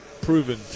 proven